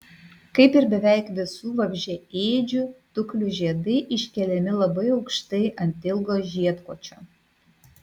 kaip ir beveik visų vabzdžiaėdžių tuklių žiedai iškeliami labai aukštai ant ilgo žiedkočio